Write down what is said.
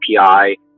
API